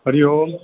Hari Om